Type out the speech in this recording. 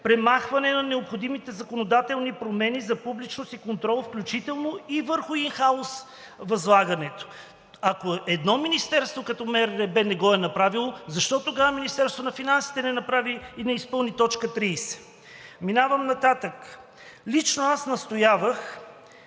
премахване на необходимите законодателни промени за публичност и контрол, включително и върху ин хаус възлагането. Ако едно министерство като МРРБ не го е направило, защо тогава Министерството на финансите не направи и не изпълни т. 30? Минавам нататък. Лично аз настоявах